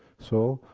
so,